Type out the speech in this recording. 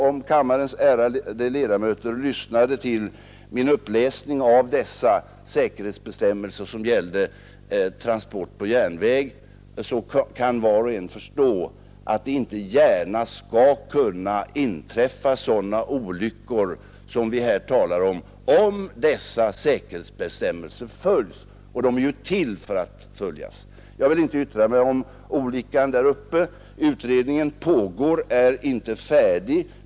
Om kammarens ärade ledamöter lyssnade till min uppläsning av dessa säkerhetsbestämmelser för transport på järnväg, kan var och en förstå att det inte gärna skall kunna inträffa sådana olyckor som vi här diskuterar — om dessa säkerhetsbestämmelser följs. Och de är ju till för att följas. Jag vill inte yttra mig om olyckan där uppe. Utredningen pågår och är alltså inte färdig.